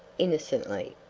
innocently.